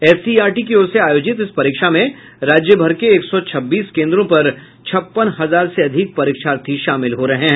SCRT की ओर से आयोजित इस परीक्षा में राज्यभर के एक सौ छब्बीस केंद्रों पर छप्पन हजार से अधिक परीक्षार्थी शामिल हो रहे हैं